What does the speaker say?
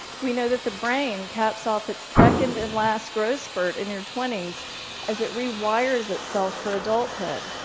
we know that the brain caps off its second and last growth spurt in your twenty s as it rewires itself for adulthood,